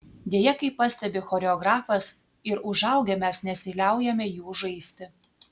deja kaip pastebi choreografas ir užaugę mes nesiliaujame jų žaisti